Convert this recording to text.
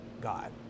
God